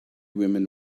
women